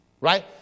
Right